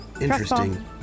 Interesting